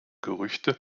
gerüchte